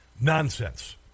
Nonsense